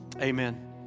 Amen